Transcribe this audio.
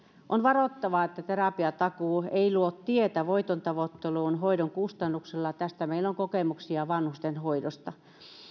on varottava että terapiatakuu ei luo tietä voitontavoitteluun hoidon kustannuksella tästä meillä on kokemuksia vanhustenhoidossa